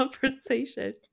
conversation